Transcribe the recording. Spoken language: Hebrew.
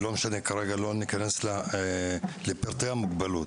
ולא ניכנס לפרטי המוגבלות,